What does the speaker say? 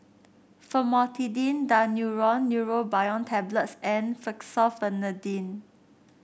Famotidine Daneuron Neurobion Tablets and Fexofenadine